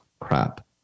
crap